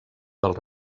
del